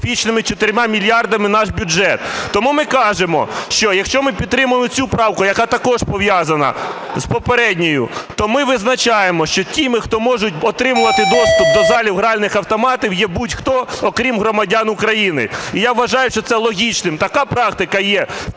міфічними 4 мільярдами наш бюджет. Тому ми кажемо, що якщо ми підтримуємо цю правку, яка також пов'язана з попередньою, то ми визначаємо, що тими, хто можуть отримувати доступ до залів гральних автоматів, є будь хто, окрім громадян України. І я вважаю це логічним. Така практика є